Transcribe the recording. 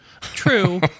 True